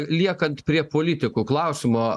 liekant prie politikų klausimo